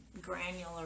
granular